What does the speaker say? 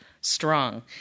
strong